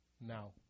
now